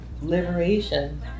liberation